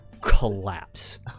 collapse